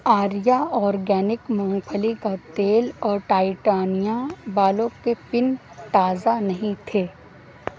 Arya organic مونگ پھلی کا تیل اور ٹائٹانیا بالوں کے پن تازہ نہیں تھے